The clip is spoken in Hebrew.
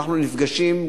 אנחנו נפגשים,